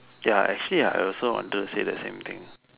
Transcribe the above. ya actually ah I also wanted to say the same thing